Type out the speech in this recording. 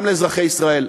גם לאזרחי ישראל,